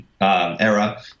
era